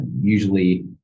usually